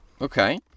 Okay